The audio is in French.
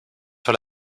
sur